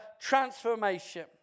transformation